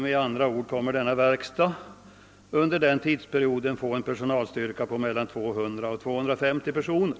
Med andra ord kommer denna verk stad, fortsatte försvarsministern, att under den aktuella tidsperioden få en personalstyrka på mellan 200 och 250 personer.